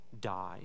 die